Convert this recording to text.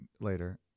later